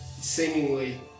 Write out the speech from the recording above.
seemingly